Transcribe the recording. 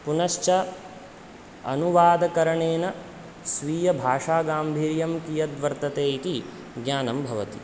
पुनश्च अनुवादकरणेन स्वीयभाषागाम्भीर्यं किद्वर्तते इति ज्ञानं भवति